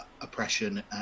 oppression